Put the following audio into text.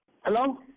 Hello